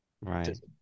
right